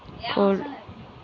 Cold chain రవాణా అనగా నేమి?